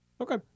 Okay